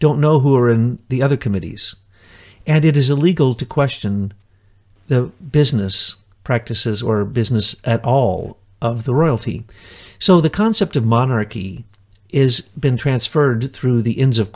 don't know who are in the other committees and it is illegal to question the business practices or business at all of the royalty so the concept of monarchy is been transferred through the ins of